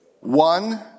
One